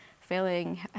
failing